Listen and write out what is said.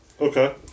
Okay